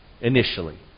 initially